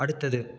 அடுத்தது